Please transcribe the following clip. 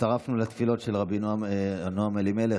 הצטרפנו לתפילות של הנועם אלימלך,